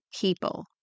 people